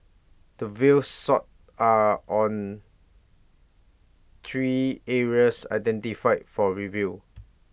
the views sought are on three areas identified for review